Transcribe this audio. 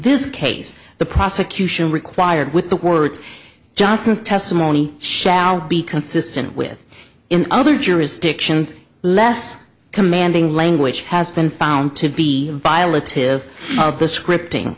this case the prosecution required with the words johnson's testimony shall be consistent with in other jurisdictions less commanding language has been found to be violent to the script